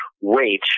wait